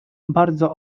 bardzo